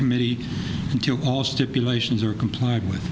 committee until all stipulations are complied with